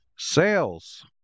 sales